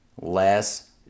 less